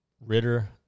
Ritter